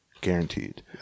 guaranteed